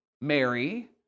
Mary